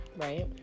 right